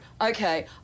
okay